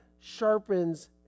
sharpens